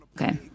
Okay